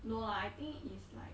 no lah I think is like